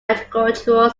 agricultural